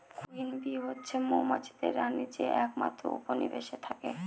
queen bee হচ্ছে মৌমাছিদের রানী যে একমাত্র উপনিবেশে থাকে